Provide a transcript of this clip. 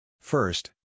First